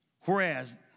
Whereas